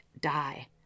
die